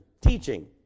Teaching